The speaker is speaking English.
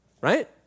Right